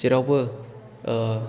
जेरावबो